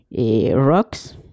rocks